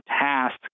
task